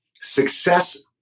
success